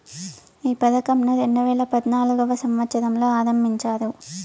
ఈ పథకంను రెండేవేల పద్నాలుగవ సంవచ్చరంలో ఆరంభించారు